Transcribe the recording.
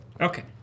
Okay